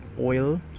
oil